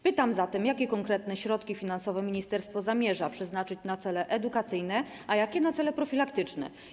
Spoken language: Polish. Pytam zatem, jakie konkretne środki finansowe ministerstwo zamierza przeznaczyć na cele edukacyjne, a jakie na cele profilaktyczne.